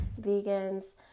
vegans